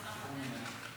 אני משיבה בשם שר המשפטים.